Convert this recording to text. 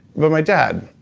but my dad,